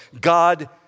God